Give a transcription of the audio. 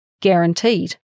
guaranteed